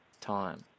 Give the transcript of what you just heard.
time